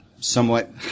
somewhat